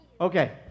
Okay